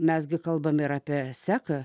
mes gi kalbame ir apie seka